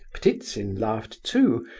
ptitsin laughed too,